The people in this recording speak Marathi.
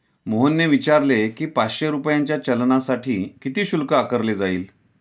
मोहनने विचारले की, पाचशे रुपयांच्या चलानसाठी किती शुल्क आकारले जाईल?